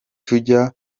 tujya